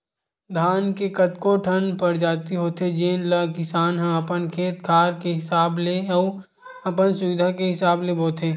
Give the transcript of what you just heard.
धान के कतको ठन परजाति होथे जेन ल किसान ह अपन खेत खार के हिसाब ले अउ अपन सुबिधा के हिसाब ले बोथे